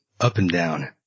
Up-and-down